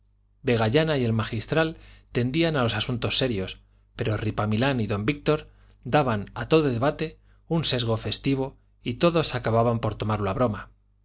general vegallana y el magistral tendían a los asuntos serios pero ripamilán y don víctor daban a todo debate un sesgo festivo y todos acababan por tomarlo a broma